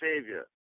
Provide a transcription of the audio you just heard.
Savior